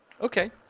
Okay